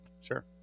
Sure